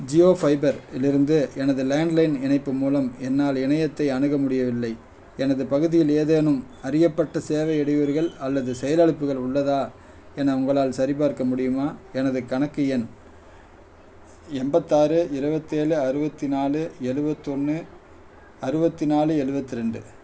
Jio fiber இலிருந்து எனது landline இணைப்பு மூலம் என்னால் இணையத்தை அணுக முடியவில்லை எனது பகுதியில் ஏதேனும் அறியப்பட்ட சேவை இடையூறுகள் அல்லது செயலிழப்புகள் உள்ளதா என உங்களால் சரிபார்க்க முடியுமா எனது கணக்கு எண் எண்பத்தாறு இருவத்தேழு அறுபத்தி நாலு எழுவத்தொன்னு அறுபத்தி நாலு எழுவத்து ரெண்டு